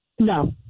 No